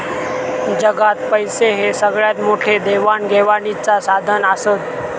जगात पैशे हे सगळ्यात मोठे देवाण घेवाणीचा साधन आसत